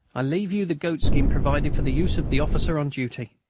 i leave you the goatskin provided for the use of the officer on duty.